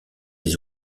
des